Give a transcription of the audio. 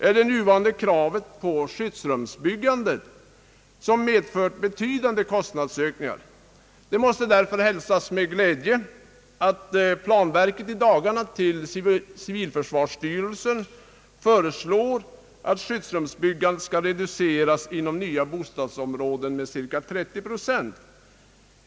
Kostnadsökningarna i detta sammanhang har varit betydande. Därför måste det hälsas med glädje att planverket i dagarna föreslagit hos civilförsvarsstyrelsen, att skyddsrumsbyggandet i nya bostadsområden skall reduceras med cirka 30 procent.